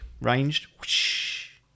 ranged